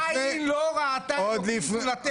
עין לא ראתה אלוקים זולתך.